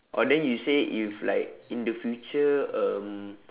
orh then you say if like in the future um